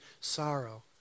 sorrow